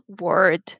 word